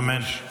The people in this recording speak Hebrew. אמן.